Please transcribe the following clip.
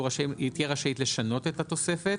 תהיה רשאית לשנות את התוספת.